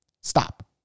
stop